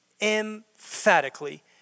emphatically